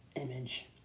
image